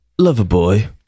Loverboy